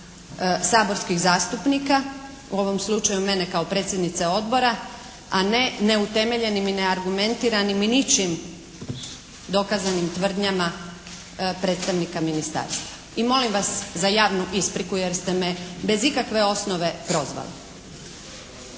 saborskih zastupnika, u ovom slučaju mene kao predsjednice Odbora a ne neutemeljnim i neargumentiranim i ničim dokazanim tvrdnjama predstavnika Ministarstva. I molim vas za javnu ispriku jer ste me bez ikakve osnove prozvali.